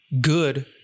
Good